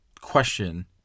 question